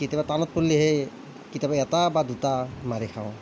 কেতিয়াবা টানত পৰিলেহে কেতিয়াবা এটা বা দুটা মাৰি খাওঁ